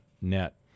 net